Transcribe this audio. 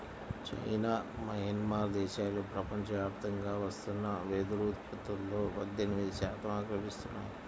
China, Myanmar దేశాలు ప్రపంచవ్యాప్తంగా వస్తున్న వెదురు ఉత్పత్తులో పద్దెనిమిది శాతం ఆక్రమిస్తున్నాయి